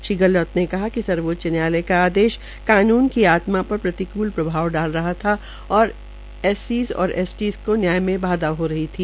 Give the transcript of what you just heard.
श्री गहलौत ने कहा कि सर्वोच्च न्यायालय का आदेश कानून की आत्मा पर प्रतिकूल प्रभाव डाल रहा था और एस सीज़ और एस टीज़ को न्याया में बाधा हो रही थी